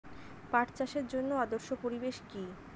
পাট চাষের জন্য আদর্শ পরিবেশ কি?